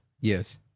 Yes